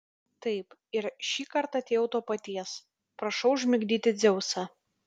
taip ir šį kartą atėjau to paties prašau užmigdyti dzeusą